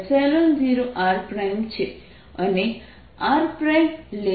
અને r ≤ r માટે Vrrρdr0 છે